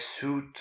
suit